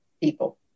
people